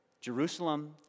Jerusalem